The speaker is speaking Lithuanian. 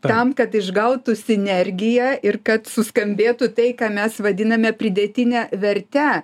tam kad išgautų sinergiją ir kad suskambėtų tai ką mes vadiname pridėtine verte